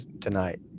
tonight